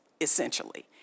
essentially